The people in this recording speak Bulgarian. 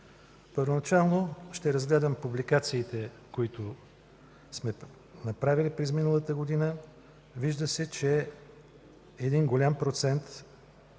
Първоначално ще разгледам публикациите, които сме направили през изминалата година. Вижда се, че един голям процент